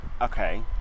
Okay